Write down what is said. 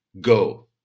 go